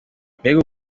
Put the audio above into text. mbega